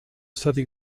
stati